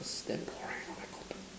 it's damn boring oh my God